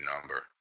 number